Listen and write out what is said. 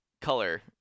Color